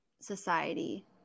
society